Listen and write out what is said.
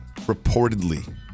reportedly